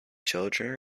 children